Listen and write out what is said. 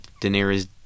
Daenerys